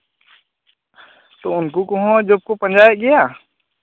ᱛᱚ ᱩᱱᱠᱩ ᱠᱚᱦᱚᱸ ᱡᱚᱵ ᱠᱚ ᱯᱟᱸᱡᱟᱭᱮᱫ ᱜᱮᱭᱟ